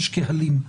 יש קהלים,